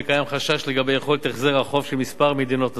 וקיים חשש לגבי יכולת החזר החוב של כמה מדינות נוספות.